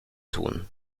tun